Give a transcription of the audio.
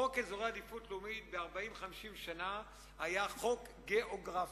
חוק אזורי עדיפות לאומית ב-40 50 שנה היה חוק גיאוגרפי.